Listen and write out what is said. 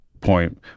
point